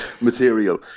material